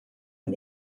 and